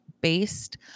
based